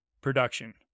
production